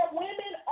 women